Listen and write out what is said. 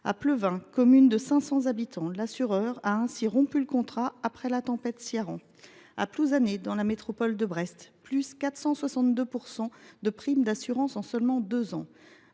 À Ploéven, commune de 500 habitants, l’assureur a ainsi rompu le contrat après la tempête Ciarán. À Plouzané, dans la métropole de Brest, la prime d’assurance a augmenté de 462